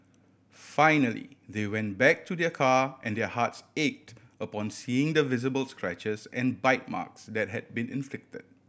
finally they went back to their car and their hearts ached upon seeing the visible scratches and bite marks that had been inflict